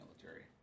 military